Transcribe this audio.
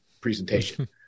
presentation